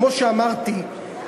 כמו שאמרתי,